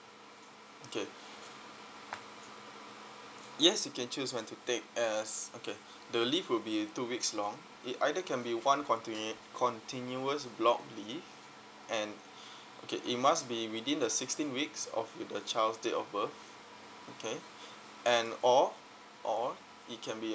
okay yes you can choose when to take as okay the leave will be two weeks long it I that can be one continuer~ continuous block leave and okay it must be within the sixteen weeks of with a child's date of birth okay and or or it can be